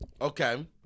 Okay